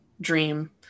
dream